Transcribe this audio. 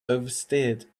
oversteered